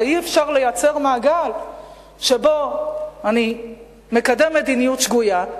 הרי אי-אפשר לייצר מעגל שבו אני מקדם מדיניות שגויה,